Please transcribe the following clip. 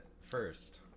first